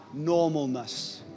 normalness